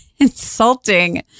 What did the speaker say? insulting